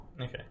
Okay